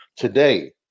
Today